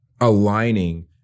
aligning